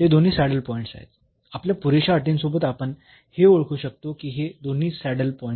ते दोन्ही saddle points आहेत आपल्या पुरेशा अटींसोबत आपण हे ओळखू शकतो की हे दोन्ही सॅडल पॉईंट्स आहेत